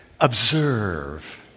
observe